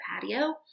patio